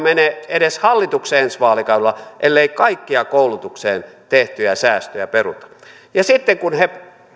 mene hallitukseen ensi vaalikaudella ellei kaikkia koulutukseen tehtyjä säästöjä peruta ja sitten kun he